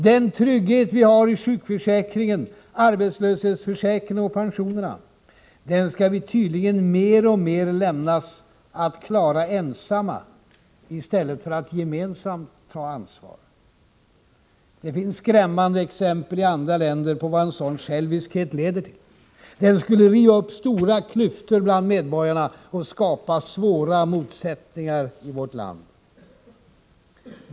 Den trygghet vi har i sjukförsäkringen, arbetslöshetsförsäkringen och pensionerna — den skall vi tydligen mer och mer lämnas att klara ensamma i stället för att gemensamt ta ansvar. Det finns skrämmande exempel i andra länder på vad en sådan själviskhet leder till. Den skulle riva upp stora klyftor mellan medborgarna och skapa svåra motsättningar i vårt land.